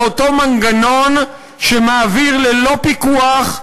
הנה הגענו לאותו מנגנון שמעביר ללא פיקוח,